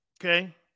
Okay